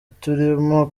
turimo